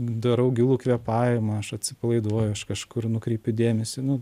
darau gilų kvėpavimą aš atsipalaiduoju aš kažkur nukreipiu dėmesį nu